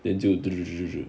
then 就去 dr~ dr~